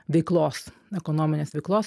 veiklos ekonominės veiklos